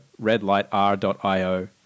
redlightr.io